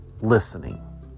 listening